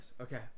Okay